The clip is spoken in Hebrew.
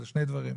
זה שני דברים.